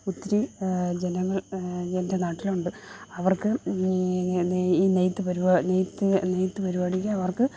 ഒത്തിരി ജനങ്ങൾ എൻ്റെ നാട്ടിലുണ്ട് അവർക്ക് ഈ നെയ്ത്ത് പരുപാടി നെയ്ത്ത് നെയ്ത്ത് പരുപാടിക്ക് അവർക്ക്